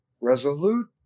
resolute